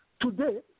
Today